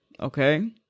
okay